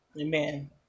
Amen